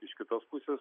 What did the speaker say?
iš kitos pusės